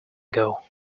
ago